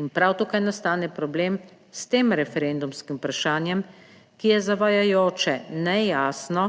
In prav tukaj nastane problem s tem referendumskim vprašanjem, ki je zavajajoče, nejasno